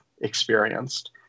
experienced